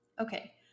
Okay